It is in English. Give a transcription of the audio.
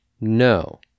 No